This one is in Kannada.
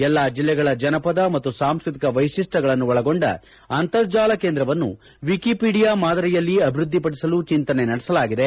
ಎಲ್ಲಾ ಜಿಲ್ಲೆಗಳ ಜನಪದ ಮತ್ತು ಸಾಂಸ್ಕೃತಿಕ ವೈಶಿಷ್ಟಗಳನ್ನು ಒಳಗೊಂಡ ಅಂತರ್ಜಾಲ ಕೇಂದ್ರವನ್ನು ವಿಕಿಪೀಡಿಯಾ ಮಾದರಿಯಲ್ಲಿ ಅಭಿವೃದ್ದಿಪಡಿಸಲು ಚಿಂತನೆ ನಡೆಸಲಾಗಿದೆ